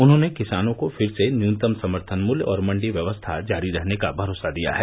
उन्होंने किसानों को फिर से न्यूनतम समर्थन मूल्य और मंडी व्यवस्था जारी रहने का भरोसा दिया है